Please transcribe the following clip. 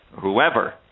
whoever